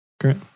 Great